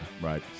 Right